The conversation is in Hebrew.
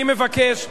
אני מבקש,